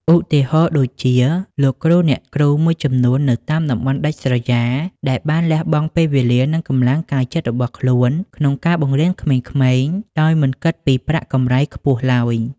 ឧទាហរណ៍ដូចជា លោកគ្រូអ្នកគ្រូមួយចំនួននៅតាមតំបន់ដាច់ស្រយាល ដែលបានលះបង់ពេលវេលា និងកម្លាំងកាយចិត្តរបស់ខ្លួនក្នុងការបង្រៀនក្មេងៗដោយមិនគិតពីប្រាក់កម្រៃខ្ពស់ឡើយ។